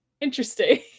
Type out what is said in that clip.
interesting